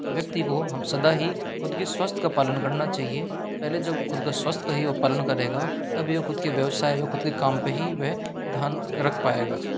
व्यक्ति को हम सदा ही खुद के स्वास्थ्य का पालन करना चाहिए पहले जब खुद का स्वास्थ्य का ही पालन करेगा तब खुद के व्यवसाय खुद के काम पे ही वह ध्यान रख पाएगा